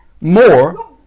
more